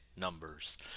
numbers